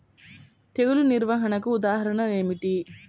తెగులు నిర్వహణకు ఉదాహరణలు ఏమిటి?